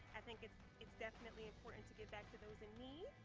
i think it's it's definitely important to give back to those in need,